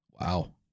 Wow